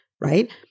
right